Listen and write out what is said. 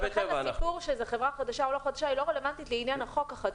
לכן הסיפור של חברה חדשה או לא חדשה היא לא רלבנטית לעניין החוק החדש,